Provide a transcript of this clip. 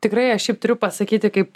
tikrai aš šiaip turiu pasakyti kaip